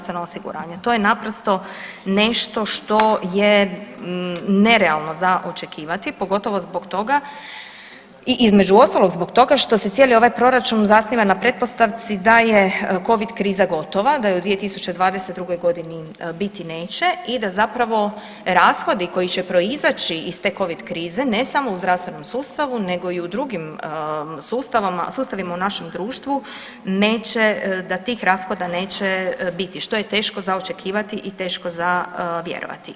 To je naprosto nešto što je nerealno za očekivati pogotovo zbog toga i između ostalog zbog toga što se cijeli ovaj proračun zasniva na pretpostavci da je covid kriza gotova, da je u 2022.g. biti neće i da zapravo rashodi koji će proizaći iz te covid krize ne samo u zdravstvenom sustavu nego i u drugim sustavima u našem društvu neće, da tih rashod neće biti, što je teško za očekivati i teško za vjerovati.